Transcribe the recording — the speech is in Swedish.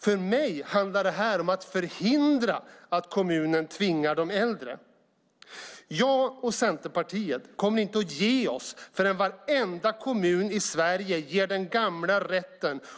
För mig handlar det om att förhindra att kommunen tvingar de äldre. Jag och Centerpartiet kommer inte att ge oss förrän varenda kommun i Sverige ger den gamla rätten.